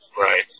Right